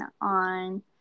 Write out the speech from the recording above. on